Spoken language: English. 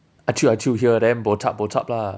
achoo achoo here then bo chup bo chup lah